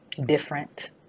different